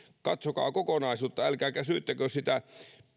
katsokaa kokonaisuutta älkääkä syyttäkö sitä